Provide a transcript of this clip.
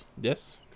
Yes